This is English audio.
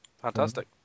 Fantastic